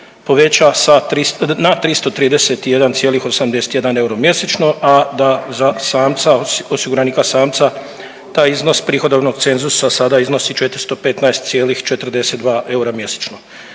poveća na 331,81 euro mjesečno, a da za samca, osiguranika samca taj iznos prihodovnog cenzusa sada iznosi 415,42 eura mjesečno.